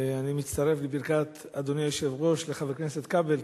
ואני מצטרף לברכת אדוני היושב-ראש לחבר הכנסת כבל,